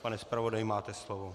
Pane zpravodaji, máte slovo.